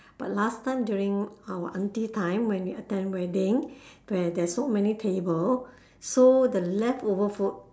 but last time during our auntie time when we attend wedding where there's so many table so the leftover food